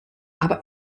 aber